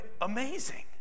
Amazing